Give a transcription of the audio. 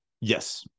yes